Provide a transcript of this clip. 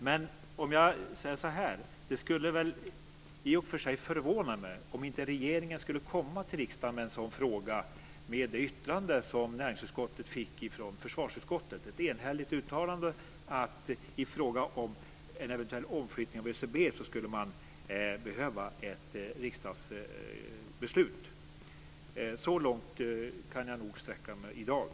Men jag kan säga så här: Det skulle i och för sig förvåna mig om inte regeringen skulle komma till riksdagen med en sådan fråga med tanke på det yttrande som näringsutskottet fick från försvarsutskottet. Det var ett enhälligt uttalande om att det i fråga om en eventuell omflyttning av ÖCB skulle behövas ett riksdagsbeslut. Så långt kan jag nog sträcka mig i dag.